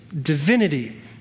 divinity